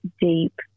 deep